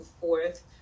forth